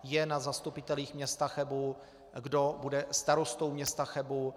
Je na zastupitelích města Chebu, kdo bude starostou města Chebu.